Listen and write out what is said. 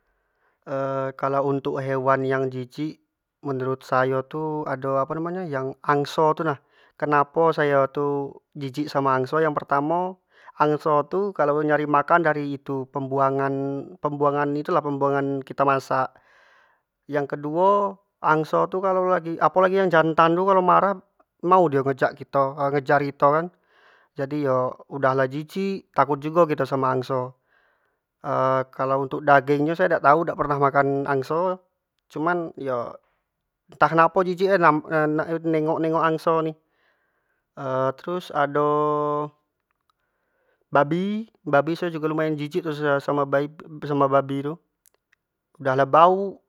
kalo untuk hewan yang jijik menurut sayo tu ado apo namo nyo tu, angso tu nah, kenapo sayo tu jijik samo angso, kareno yang pertamo angso tu kalau nyari makan tu dari itu pembuangan pembuangan itu lah pembuangan kito masak, yang keduo angso tu kalau lagi apo lagi kalau yang jantan tu kalau lagi marah mau dio ngecak kito ngejar kito kan, jadi iyo udah lah jijik takut jugo kito samo angso kalau untuk daging nyo sayo dak tau sayo dak pernah makan angso cuma iyo entah kenapo jijik nian nak nengok nengok angso terus ado babi, babijugo ayo lumayan jijik trus sambo bai sambo bai-babi tu, dah lah bauk.